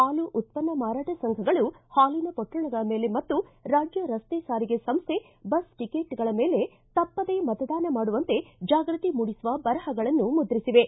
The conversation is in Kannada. ಹಾಲು ಉತ್ಪನ್ನ ಮಾರಾಟ ಸಂಘಗಳು ಹಾಲಿನ ಪೊಟ್ಟಣಗಳ ಮೇಲೆ ಮತ್ತು ರಾಜ್ಯ ರಸ್ತೆ ಸಾರಿಗೆ ಸಂಸ್ಟೆ ಬಸ್ ಟಕೆಟ್ಗಳ ಮೇಲೆ ತಪ್ಪದೇ ಮತದಾನ ಮಾಡುವಂತೆ ಜಾಗೃತಿ ಮೂಡಿಸುವ ಬರಹಗಳನ್ನು ಮುದ್ರಿಸಿವೆ